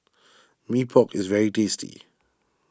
Mee Pok is very tasty